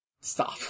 stop